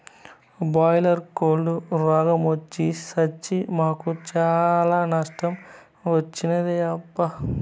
boiler కోల్లు రోగ మొచ్చి సచ్చి మాకు చాలా నష్టం తెచ్చినాయబ్బా